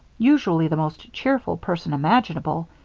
usually the most cheerful person imaginable,